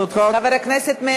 חבר הכנסת מאיר